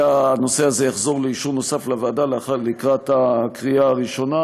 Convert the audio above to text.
הנושא הזה יחזור לאישור נוסף לוועדה לקראת הקריאה הראשונה,